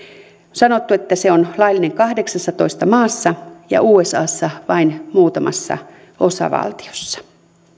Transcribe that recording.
sanottu että se on laillinen kahdeksassatoista maassa ja usassa vain muutamassa osavaltiossa